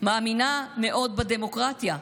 מאמינה מאוד בדמוקרטיה.